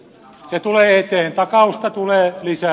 se tulee eteen takausta tulee lisää